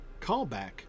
callback